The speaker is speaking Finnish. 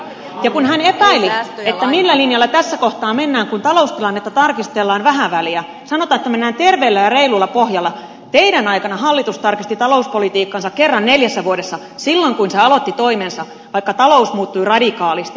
ja kun hän epäili millä linjalla tässä kohtaa mennään kun taloustilannetta tarkistellaan vähän väliä sanotaan että mennään terveellä ja reilulla pohjalla teidän aikananne hallitus tarkisti talouspolitiikkansa kerran neljässä vuodessa silloin kun se aloitti toimensa vaikka talous muuttui radikaalisti